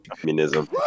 Communism